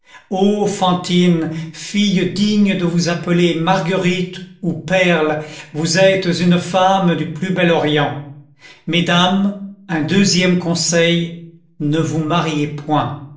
fantine fille digne de vous appeler marguerite ou perle vous êtes une femme du plus bel orient mesdames un deuxième conseil ne vous mariez point